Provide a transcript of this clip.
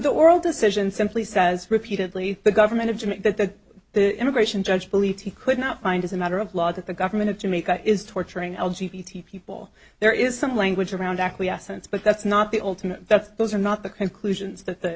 the moral decision simply says repeatedly the government of to make that the immigration judge believe he could not find as a matter of law that the government of jamaica is torturing algy people there is some language around acquiescence but that's not the ultimate that's those are not the conclusions that the